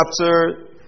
chapter